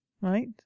Right